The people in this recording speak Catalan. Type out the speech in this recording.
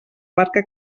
barca